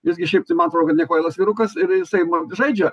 jis gi šiaip tai man atrodo kad nekvailas vyrukas ir jisai žaidžia